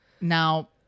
now